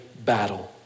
battle